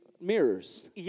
mirrors